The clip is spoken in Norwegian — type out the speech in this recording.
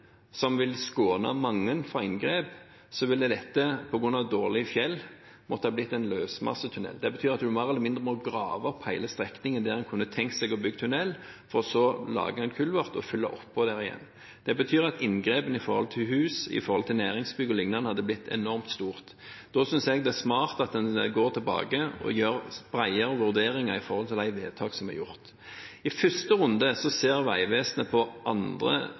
som vil skåne mange fra inngrep, ville en på grunn av dårlig fjell måtte lage en løsmassetunnel. Det betyr at vi mer eller mindre må grave opp hele strekningen der en kunne tenkt seg å bygge tunnel, for så å lage en kulvert og fylle oppå der igjen. Inngrepene med hensyn til hus, med hensyn til næringsbygg o.l. hadde blitt enormt store. Da synes jeg det er smart at en går tilbake og gjør bredere vurderinger opp mot de vedtak som er gjort. I første runde ser Vegvesenet på andre